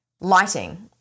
lighting